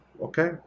okay